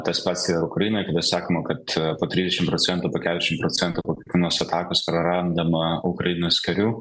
tas pats yra ukrainoj sakoma kad po trisdešimt procentų po keturiasdešimt procentų po kiekvienos atakos prarandama ukrainos karių